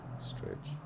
stretch